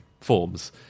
forms